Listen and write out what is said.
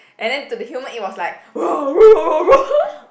and then to the human it was like